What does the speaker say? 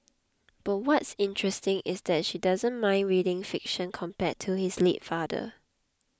but what's interesting is that she doesn't mind reading fiction compared to his late father